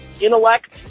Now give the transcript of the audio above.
intellect